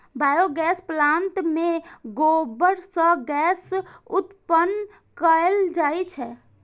biogas plant मे गोबर सं गैस उत्पन्न कैल जाइ छै